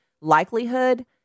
likelihood